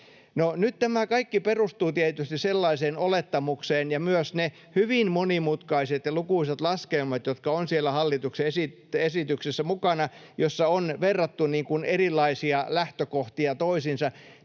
Nyt tämä kaikki perustuvat tietysti sellaiseen olettamukseen ja myös ne hyvin monimutkaiset ja lukuisat laskelmat, jotka ovat siellä hallituksen esityksessä mukana, jossa on verrattu erilaisia lähtökohtia toisiinsa,